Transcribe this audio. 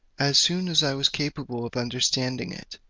as soon as i was capable of understanding it,